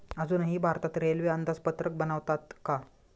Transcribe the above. अजूनही भारतात रेल्वे अंदाजपत्रक बनवतात का?